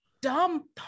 dumb